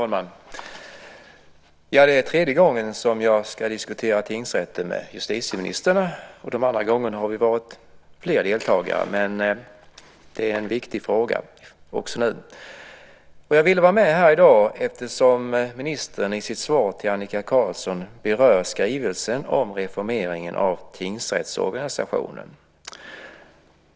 Fru talman! Det är tredje gången som jag ska diskutera tingsrätter med justitieministern. De andra gångerna har vi varit fler deltagare. Det är en viktig fråga också nu. Jag ville vara med här i dag eftersom ministern i sitt svar till Annika Qarlsson berör skrivelsen om reformeringen av tingsrättsorganisationen.